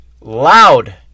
loud